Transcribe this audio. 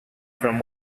from